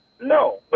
No